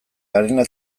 garena